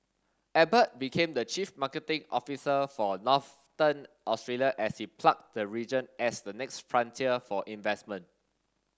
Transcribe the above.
Abbott became the chief marketing officer for Northern Australia as he plugged the region as the next frontier for investment